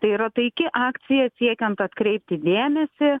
tai yra taiki akcija siekiant atkreipti dėmesį